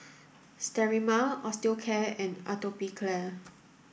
Sterimar Osteocare and Atopiclair